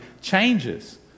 changes